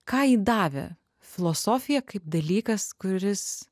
ką ji davė filosofija kaip dalykas kuris